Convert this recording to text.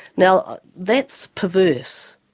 now that's perverse.